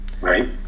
Right